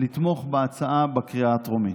לתמוך בהצעה בקריאה הטרומית.